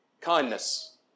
kindness